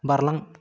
बारलां